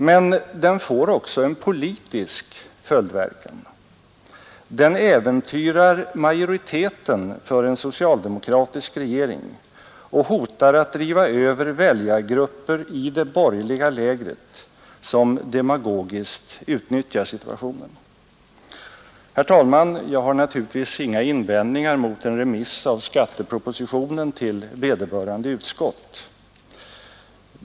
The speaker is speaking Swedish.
Men den får också en politisk följdverkan: den äventyrar majoriteten för en socialdemokratisk regering och hotar att driva över väljargrupper till det borgerliga lägret, som demagogiskt utnyttjar situationen. Herr talman! Jag har naturligtvis inga invändningar mot en remiss av skattepropositionen till vederbörande utskott.